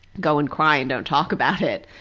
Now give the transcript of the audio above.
go and cry and don't talk about it,